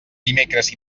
dimecres